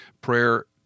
prayer